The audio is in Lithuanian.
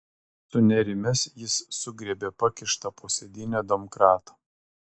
sunerimęs jis sugriebė pakištą po sėdyne domkratą